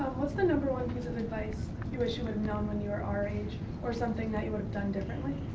what's the number one piece of advice you wish you would've known when you were our age or something that you would have done differently?